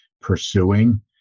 pursuing